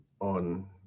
on